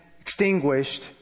extinguished